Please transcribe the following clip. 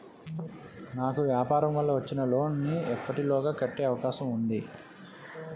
నాకు వ్యాపార వల్ల వచ్చిన లోన్ నీ ఎప్పటిలోగా కట్టే అవకాశం ఉంది?